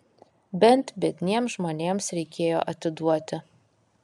bent biedniems žmonėms reikėjo atiduoti